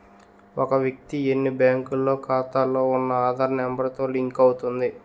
ఒక వ్యక్తి ఎన్ని బ్యాంకుల్లో ఖాతాలో ఉన్న ఆధార్ నెంబర్ తో లింక్ అవుతుంది